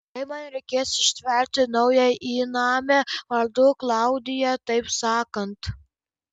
kaip man reikės ištverti naują įnamę vardu klaudija taip sakant